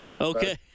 Okay